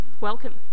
Welcome